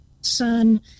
son